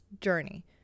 journey